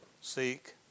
seek